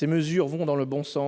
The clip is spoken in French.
par le biais